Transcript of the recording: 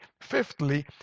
fifthly